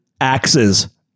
Axes